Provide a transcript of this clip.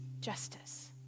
justice